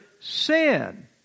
sin